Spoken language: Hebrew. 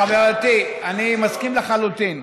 חברתי, אני מסכים לחלוטין.